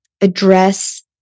address